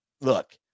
Look